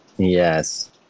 Yes